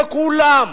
לכולם.